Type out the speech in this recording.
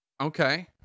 Okay